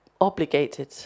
obligated